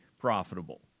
profitable